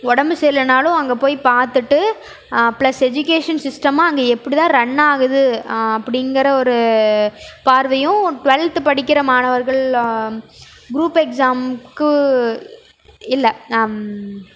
உடம்பு சரியில்லனாலும் அங்கே போய் பார்த்துட்டு ப்ளஸ் எஜிகேஷன் சிஸ்ட்டமும் அங்கே எப்படிதான் ரன்னாகுது அப்படிங்குற ஒரு பார்வையும் டுவல்த் படிக்கிற மாணவர்கள் குரூப் எக்ஸாமுக்கு இல்லை